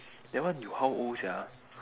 that one you how old sia